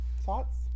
thoughts